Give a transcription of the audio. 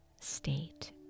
state